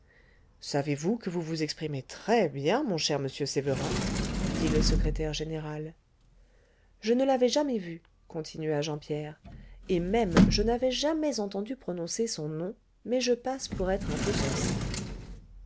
savez-vous que vous vous exprimez très bien mon cher monsieur sévérin dit le secrétaire général je ne l'avais jamais vu continua jean pierre et même je n'avais jamais entendu prononcer son nom mais je passe pour être un peu sorcier